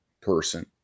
person